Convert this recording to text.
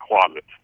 closet